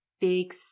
big